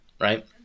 right